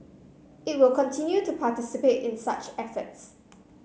it will continue to participate in such efforts